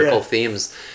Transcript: themes